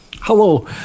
Hello